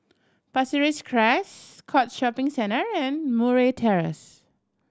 Pasir Ris Crest Scotts Shopping Centre and Murray Terrace